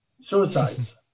suicides